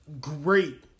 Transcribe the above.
great